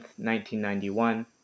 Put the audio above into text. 1991